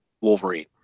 Wolverine